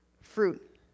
fruit